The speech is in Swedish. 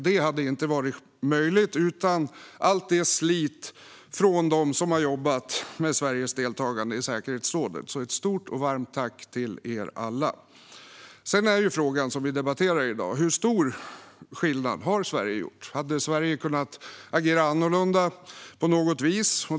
Det hade inte varit möjligt utan allt detta slit från dem som jobbat med Sveriges deltagande i säkerhetsrådet. Ett stort och varmt tack till er alla! Så har vi frågan som vi debatterar i dag: Hur stor skillnad har Sverige gjort? Hade Sverige kunnat agera annorlunda på något vis?